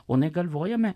o ne galvojome